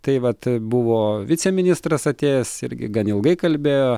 tai vat buvo viceministras atėjęs irgi gan ilgai kalbėjo